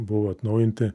buvo atnaujinti